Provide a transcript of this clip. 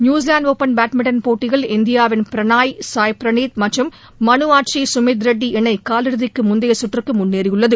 New Zealand open badminton போட்டியில் இந்தியாவின் பிரனாய் சாய்பிரளீத் மற்றும் மனு அட்ரி சுமித் ரெட்டி இணை காலிறுதிக்கு முந்தைய சுற்றுக்கு முன்னேறியுள்ளது